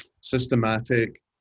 systematic